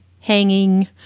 hanging